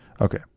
Okay